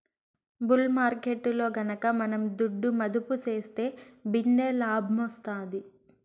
bull మార్కెట్టులో గనక మనం దుడ్డు మదుపు సేస్తే భిన్నే లాబ్మొస్తాది